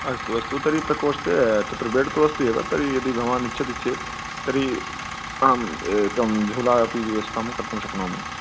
अस्तु अस्तु तर्हि प्रकोष्ठे तत्र बेड् तु अस्ति एव तर्हि यदि भवान् इच्छति चेत् तर्हि एकं झूला अपि व्यवस्थां कर्तुं शक्नोमि